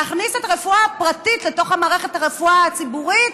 להכניס את הרפואה הפרטית לתוך מערכת הרפואה הציבורית?